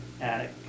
attic